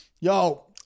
yo